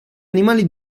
animali